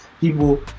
people